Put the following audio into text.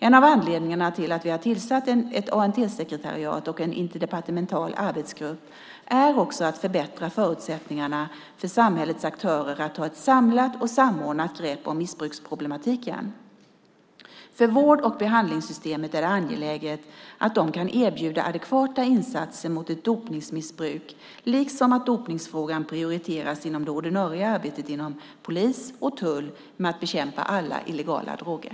En av anledningarna till att vi har tillsatt ett ANT-sekretariat och en interdepartemental arbetsgrupp är också att förbättra förutsättningar för samhällets aktörer att ta ett samlat och samordnat grepp om missbruksproblematiken. För vård och behandlingssystemet är det angeläget att de kan erbjuda adekvata insatser mot ett dopningsmissbruk liksom att dopningsfrågan prioriteras inom det ordinarie arbetet inom polis och tull med att bekämpa alla illegala droger.